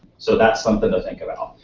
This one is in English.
so that's something to think about,